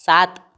सात